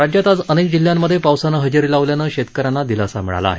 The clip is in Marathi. राज्यात आज अनेक जिल्ह्यांमधे पावसानं हजेरी लावल्यानं शेतक यांना दिलासा मिळाला आहे